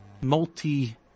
multi-